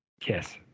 Kiss